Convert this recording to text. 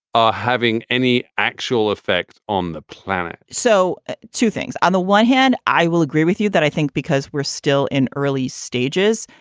are having any actual effect on the planet? so two things. on the one hand, i will agree with you that i think because we're still in early stages,